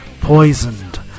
Poisoned